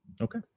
Okay